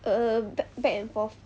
err ba~ back and forth